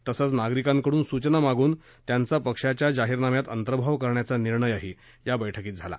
तसंच नागरिकांकडून सूचना मागवून त्यांचा पक्षाच्या जाहीरनाम्यात अंतर्भाव करण्याचा निर्णयही या बैठकीत झाला